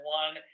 one